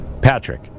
Patrick